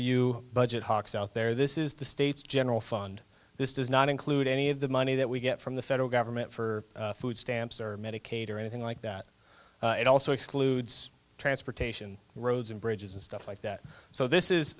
you budget hawks out there this is the state's general fund this does not include any of the money that we get from the federal government for food stamps or medicaid or anything like that it also excludes transportation roads and bridges and stuff like that so this is